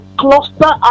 cluster